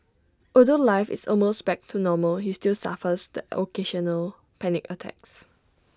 although life is almost back to normal he still suffers the occasional panic attacks